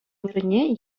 вырӑнне